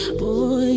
boy